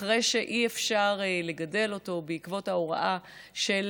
אחרי שאי-אפשר לגדל אותו בעקבות ההוראה של